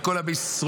בקול עם ישראל,